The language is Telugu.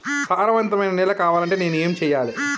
సారవంతమైన నేల కావాలంటే నేను ఏం చెయ్యాలే?